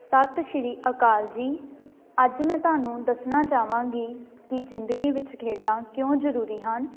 ਸਤਿ ਸ਼੍ਰੀ ਅਕਾਲ ਜੀ ਅੱਜ ਮੈਂ ਤੁਹਾਨੂੰ ਦੱਸਣਾ ਚਾਹਵਾਂਗੀ ਕਿ ਜ਼ਿੰਦਗੀ ਵਿੱਚ ਖੇਡਾਂ ਕਿਉਂ ਜ਼ਰੂਰੀ ਹਨ